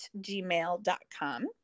gmail.com